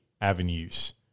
avenues